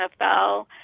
NFL